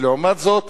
ולעומת זאת,